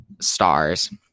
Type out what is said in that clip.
stars